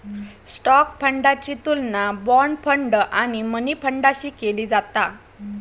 stock फंडाची तुलना bond fund आणि मनी फंडाशी केली जाता